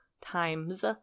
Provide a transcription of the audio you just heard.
times